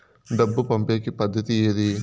డబ్బు పంపేకి పద్దతి ఏది